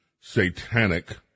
Satanic